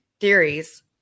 theories